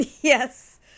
Yes